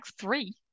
three